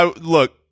Look